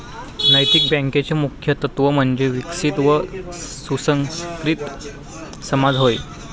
नैतिक बँकेचे मुख्य तत्त्व म्हणजे विकसित व सुसंस्कृत समाज होय